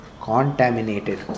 contaminated